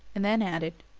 and then added